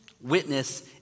witness